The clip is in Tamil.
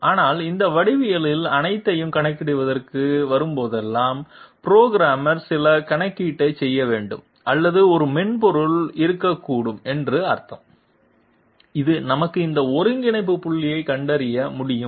ஆனால் இந்த வடிவவியல்கள் அனைத்தையும் கணக்கிடுவதற்கு வரும்போதெல்லாம் புரோகிராமர் சில கணக்கீட்டைச் செய்ய வேண்டும் அல்லது ஒரு மென்பொருள் இருக்கக்கூடும் என்று அர்த்தம் இது நமக்கு இந்த ஒருங்கிணைப்பு புள்ளிகளைக் கண்டறிய முடியும்